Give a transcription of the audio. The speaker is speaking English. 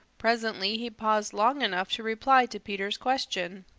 presently he paused long enough to reply to peter's question.